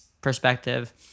perspective